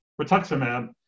rituximab